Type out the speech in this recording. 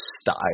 style